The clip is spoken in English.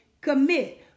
commit